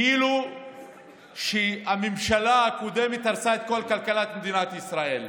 כאילו שהממשלה הקודמת הרסה את כל כלכלת מדינת ישראל.